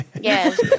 Yes